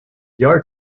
yard